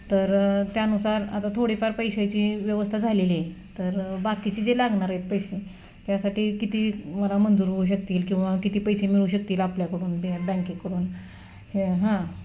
तर त्यानुसार आता थोडीफार पैशाची व्यवस्था झालेली आहे तर बाकीचे जे लागणार आहेत पैसे त्यासाठी किती मला मंजूर होऊ शकतील किंवा किती पैसे मिळू शकतील आपल्याकडून बे बँकेकडून हे हां